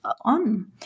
on